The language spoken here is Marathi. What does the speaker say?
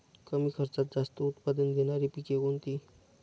कमी खर्चात जास्त उत्पाद देणारी पिके कोणती?